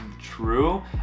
true